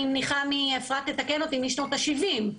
אני מניחה אפרת תתקן אותי משנות ה-70',